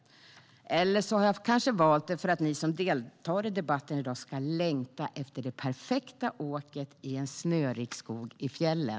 Eller också har jag kanske valt det för att ni som deltar i debatten i dag ska längta efter det perfekta åket i en snörik skog i fjällen.